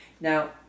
Now